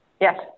Yes